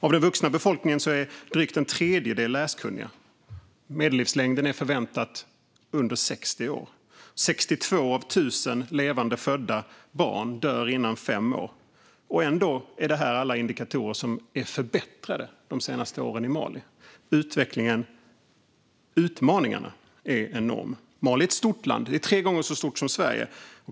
Av den vuxna befolkningen är drygt en tredjedel läskunnig, den förväntade medellivslängden är under 60 år och 62 av 1 000 levande födda barn dör inom fem år. Ändå har alla dessa indikatorer förbättrats under de senaste åren i Mali. Utmaningarna är enorma. Mali är ett stort land, tre gånger så stort som Sverige.